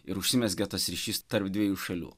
ir užsimezgė tas ryšys tarp dviejų šalių